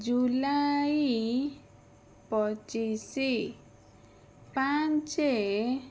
ଜୁଲାଇ ପଚିଶି ପାଞ୍ଚ